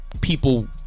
people